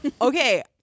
Okay